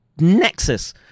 Nexus